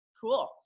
Cool